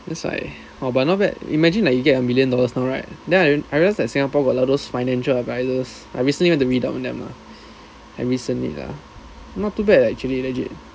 that's why orh but not bad imagine like you get a million dollars now right then I I realised that singapore got a lot of those financial advisers I recently went to read up on them lah I recently lah not too bad leh actually legit